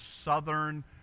southern